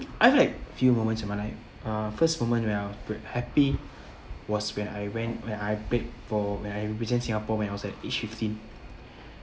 I have like few moments of my life uh first moment when I was ve~ happy was when I went when I played for when I represent singapore when I was at age fifteen